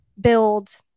build